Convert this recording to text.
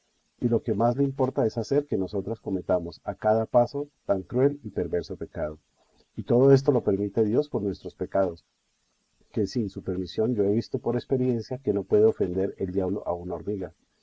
y lo que más le importa es hacer que nosotras cometamos a cada paso tan cruel y perverso pecado y todo esto lo permite dios por nuestros pecados que sin su permisión yo he visto por experiencia que no puede ofender el diabo a una hormiga